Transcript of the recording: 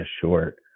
short